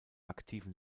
aktiven